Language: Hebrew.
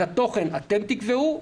את התוכן אתם תקבעו.